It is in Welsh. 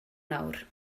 nawr